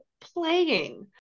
playing